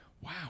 wow